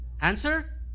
answer